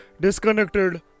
disconnected